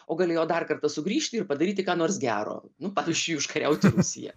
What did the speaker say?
o galėjo dar kartą sugrįžti ir padaryti ką nors gero nu pavyzdžiui užkariauti rusiją